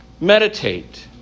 Meditate